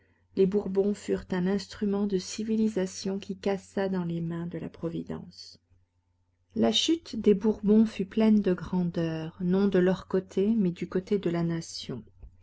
les bourbons furent un instrument de civilisation qui cassa dans les mains de la providence la chute des bourbons fut pleine de grandeur non de leur côté mais du côté de la nation